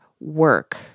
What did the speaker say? work